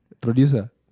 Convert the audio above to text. Producer